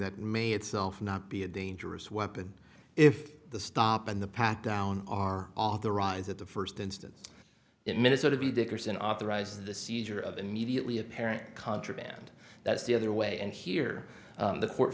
that may itself not be a dangerous weapon if the stop and the pat down are authorized at the first instance in minnesota b dickerson authorized the seizure of immediately apparent contraband that's the other way and here the court